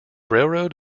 railroad